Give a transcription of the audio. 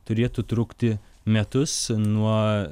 turėtų trukti metus nuo